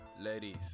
ladies